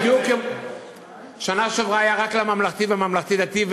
בדיוק, בשנה שעברה היה רק לממלכתי ולממלכתי-דתי.